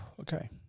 Okay